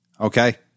Okay